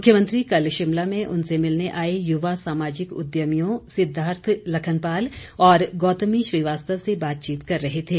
मुख्यमंत्री कल शिमला में उनसे मिलने आए युवा सामाजिक उद्यमियों सिद्धार्थ लखनपाल और गौतमी श्रीवास्तव से बातचीत कर रहे थे